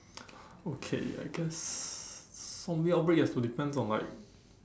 okay I guess zombie outbreak you have to depends on like